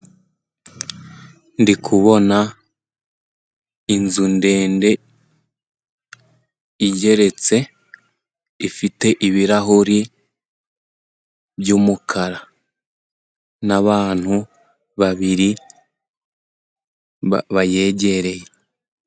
Ndi kubona inzu ndende igeretse, ifite ibirahuri by'umukara. N'abantu babiri bayegereye.